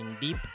deep